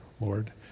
Lord